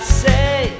say